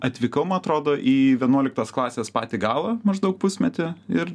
atvykau man atrodo į vienuoliktos klasės patį galą maždaug pusmetį ir